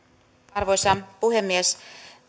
arvoisa puhemies